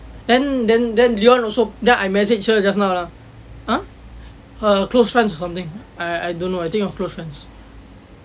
then then then leon also then I message her just now lah ah her close friends or something I I don't know I think close friends